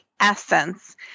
essence